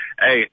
Hey